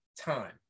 time